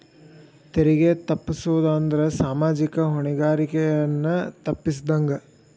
ತೆರಿಗೆ ತಪ್ಪಸೊದ್ ಅಂದ್ರ ಸಾಮಾಜಿಕ ಹೊಣೆಗಾರಿಕೆಯನ್ನ ತಪ್ಪಸಿದಂಗ